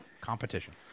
competition